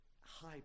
high